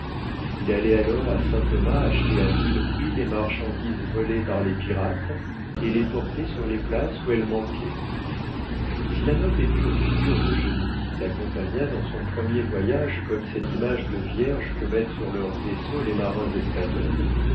il allait alors à saint-thomas acheter à vil prix les marchandises volées par les pirates et les portait sur les places où elles manquaient si la noble et pure figure d'eugénie l'accompagna dans son premier voyage comme cette image de vierge que mettent sur leur vaisseau les marins espagnols